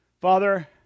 Father